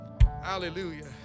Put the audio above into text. hallelujah